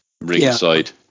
Ringside